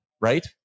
right